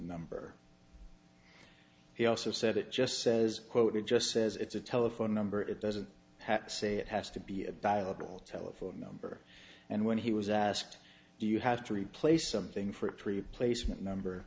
number he also said it just says quote it just says it's a telephone number it doesn't say it has to be a dial telephone number and when he was asked do you have to replace something for a tree placement number